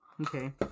Okay